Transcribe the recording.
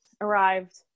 arrived